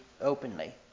openly